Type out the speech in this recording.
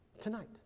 Tonight